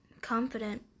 confident